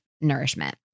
nourishment